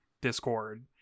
Discord